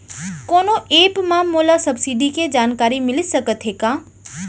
कोनो एप मा मोला सब्सिडी के जानकारी मिलिस सकत हे का?